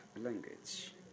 language